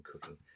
cooking